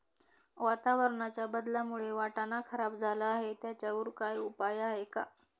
वातावरणाच्या बदलामुळे वाटाणा खराब झाला आहे त्याच्यावर काय उपाय आहे का?